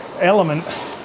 element